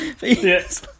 Yes